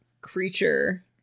creature